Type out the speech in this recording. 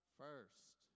first